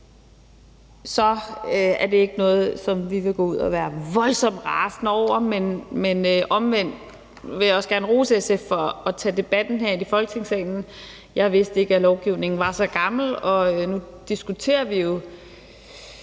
er det ikke noget, som vi vil gå ud at være voldsomt rasende over, men omvendt vil jeg også gerne rose SF for at tage debatten herind i Folketingssalen. Jeg vidste ikke, at lovgivningen var så gammel. Nu diskuterer vi jo